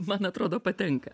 man atrodo patenka